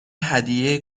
هدیه